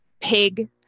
pig